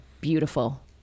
beautiful